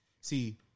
See